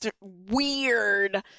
weird